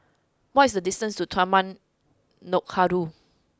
what is the distance to Taman Nakhoda